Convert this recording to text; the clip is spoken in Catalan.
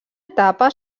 etapa